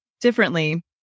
differently